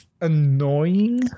annoying